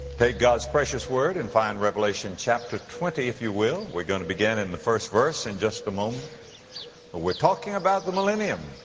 take god's precious word and find revelation chapter twenty, if you will. we're gonna begin in the first verse in just a moment. but we're talking about the millennium,